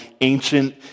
ancient